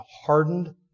hardened